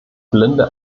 blinde